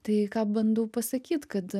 tai ką bandau pasakyt kad